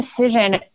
decision